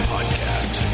Podcast